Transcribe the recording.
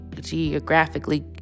geographically